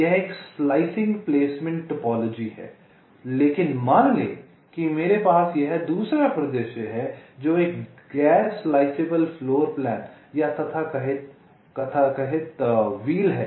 यह एक slicing placement topology है लेकिन मान लें कि मेरे पास यह दूसरा परिदृश्य है जो एक गैर स्लाइसेबल फ्लोर प्लान या तथाकथित व्हील है